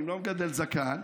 אני לא מגדל זקן,